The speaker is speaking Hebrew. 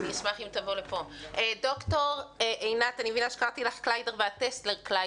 ד"ר עינת טסלר.